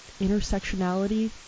intersectionality